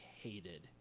hated